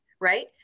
right